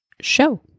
show